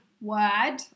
word